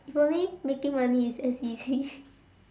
if only making money is as easy